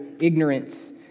ignorance